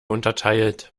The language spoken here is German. unterteilt